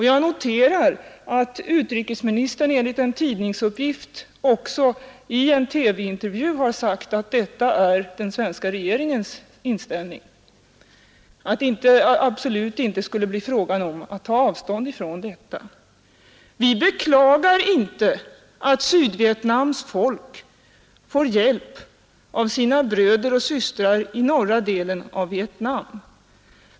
Jag noterar att utrikesministern enligt en tidningsuppgift också i en TV-intervju har sagt att det är svenska regeringens inställning, att det absolut inte skulle bli fråga om att ta avstånd från detta. Vi beklagar inte att Sydvietnams folk får hjälp av sina bröder och systrar i norra delen av Vietnam.